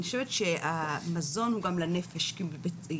אני חושבת שהמזון הוא גם לנפש כי ילדים,